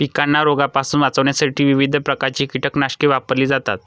पिकांना रोगांपासून वाचवण्यासाठी विविध प्रकारची कीटकनाशके वापरली जातात